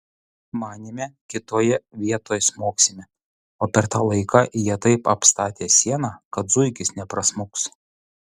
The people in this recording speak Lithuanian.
manėme kitoje vietoj smogsime o per tą laiką jie taip apstatė sieną kad zuikis neprasmuks